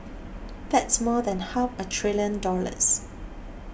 that's more than half a trillion dollars